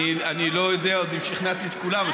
אני לא יודע עוד אם שכנעתי את כולם.